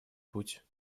путь